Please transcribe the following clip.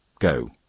go.